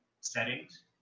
settings